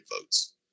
votes